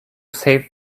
save